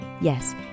Yes